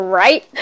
right